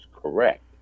correct